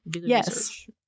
Yes